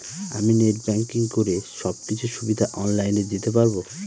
আমি net banking করে সব কিছু সুবিধা অন লাইন দিতে পারবো?